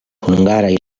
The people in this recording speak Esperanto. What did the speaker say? hungaraj